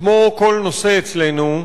כמו כל נושא אצלנו,